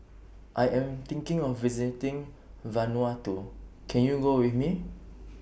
I Am thinking of visiting Vanuatu Can YOU Go with Me